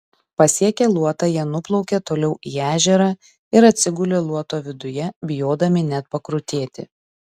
pasiekę luotą jie nuplaukė toliau į ežerą ir atsigulė luoto viduje bijodami net pakrutėti